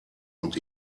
und